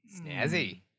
Snazzy